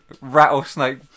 rattlesnake